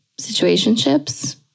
situationships